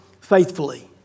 faithfully